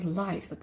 life